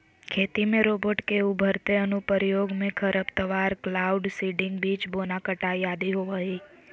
खेती में रोबोट के उभरते अनुप्रयोग मे खरपतवार, क्लाउड सीडिंग, बीज बोना, कटाई आदि होवई हई